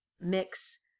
mix